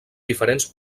diferents